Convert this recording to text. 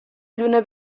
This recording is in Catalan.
lluna